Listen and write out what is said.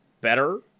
better